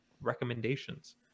Recommendations